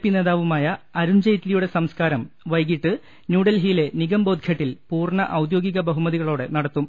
P നേതാവുമായ അരുൺ ജെയ്റ്റ്ലിയുടെ സംസ്കാരം വൈകീട്ട് ന്യൂഡൽഹിയിലെ നിഗം ബോധ്ഘട്ടിൽ പൂർണ്ണ ഔദ്യോഗിക ബഹുമതികളോടെ നടത്തും